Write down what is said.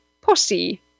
posse